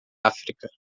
áfrica